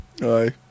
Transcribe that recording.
Aye